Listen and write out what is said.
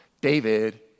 David